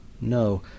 No